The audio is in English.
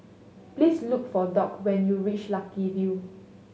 please look for Doc when you reach Lucky View